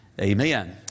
amen